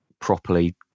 properly